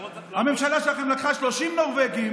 הממשלה שלכם לקחה 30 נורבגים,